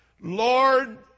Lord